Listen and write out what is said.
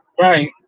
Right